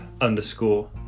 underscore